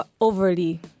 overly